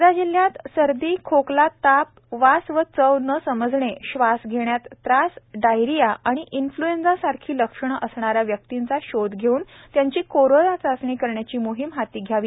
वर्धा जिल्ह्यात सर्दीखोकलाताप वास आणि चव न समजणे श्वास घेण्यास त्रास डायरिया आणि इन्फ्लूएन्झा सारखी लक्षणे असणाऱ्या व्यक्तींचा शोध घेऊन त्यांची कोरोना चाचणी करण्याची मोहीम हाती घ्यावी